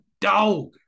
dog